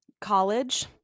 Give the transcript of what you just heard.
college